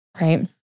right